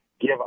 give